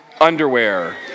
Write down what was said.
underwear